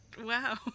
Wow